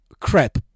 crap